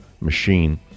machine